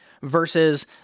versus